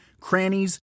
crannies